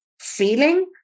feeling